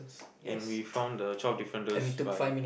and we found the twelve differences by